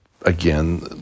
again